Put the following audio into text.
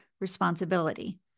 responsibility